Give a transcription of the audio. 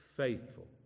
Faithful